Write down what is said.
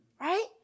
Right